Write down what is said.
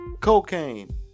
cocaine